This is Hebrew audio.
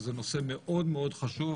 שזה נושא מאוד מאוד חשוב,